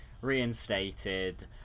reinstated